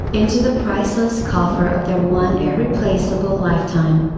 into the priceless coffer of their one irreplaceable lifetime.